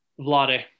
Vlade